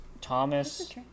Thomas